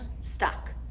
stuck